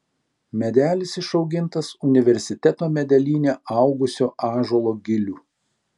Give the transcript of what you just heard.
medelis išaugintas universiteto medelyne augusio ąžuolo gilių